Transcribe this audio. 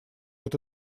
это